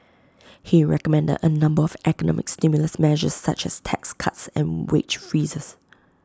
he recommended A number of economic stimulus measures such as tax cuts and wage freezes